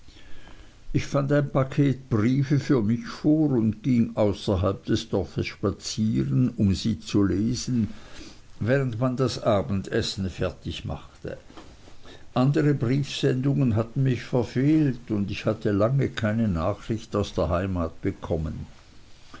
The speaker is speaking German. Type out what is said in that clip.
ich fand ein paket briefe für mich vor und ging außerhalb des dorfs spazieren um sie zu lesen während man das abendessen fertig machte andere briefsendungen hatten mich verfehlt und lange hatte ich keine nachricht aus der heimat bekommen